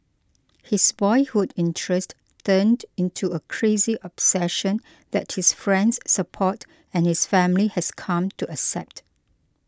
his boyhood interest turned into a crazy obsession that his friends support and his family has come to accept